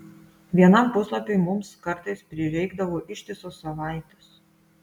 vienam puslapiui mums kartais prireikdavo ištisos savaitės